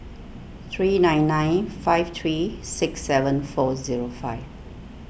three nine nine five three six seven four zero five